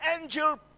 angel